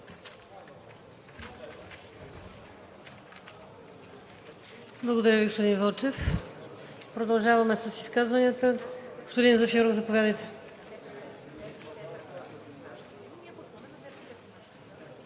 Благодаря Ви, господин Вълчев. Продължаваме с изказванията. Господин Зафиров, заповядайте.